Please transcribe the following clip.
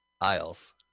Isles